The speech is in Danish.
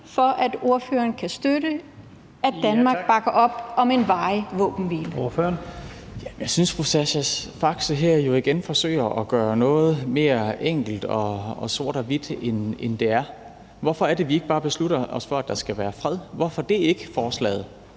Ordføreren. Kl. 13:32 Jesper Petersen (S): Jeg synes jo, at fru Sascha Faxe her igen forsøger at gøre noget mere enkelt og sort-hvidt, end det er. Hvorfor er det, at vi ikke bare beslutter os for, der skal være fred? Hvorfor er det ikke forslaget?